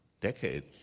Decades